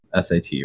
SAT